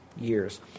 years